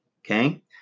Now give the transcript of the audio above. Okay